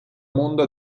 mondo